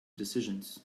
decisions